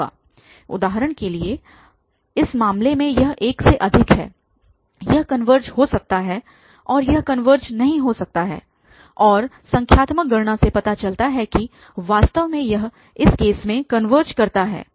उदाहरण के लिए इस मामले में यह 1 से अधिक है यह कनवर्ज हो सकता है और यह कनवर्ज नहीं हो सकता है और संख्यात्मक गणना से पता चलता है कि वास्तव में यह इस केस में कनवर्ज करता है